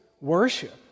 worship